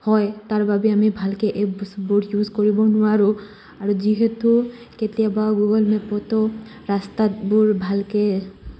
হয় তাৰবাবে আমি ভালকে এপছবোৰ ইউজ কৰিব নোৱাৰোঁ আৰু যিহেতু কেতিয়াবা গুগল মেপতো ৰাস্তাবোৰ ভালকে